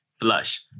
Flush